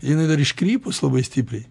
jinai dar iškrypus labai stipriai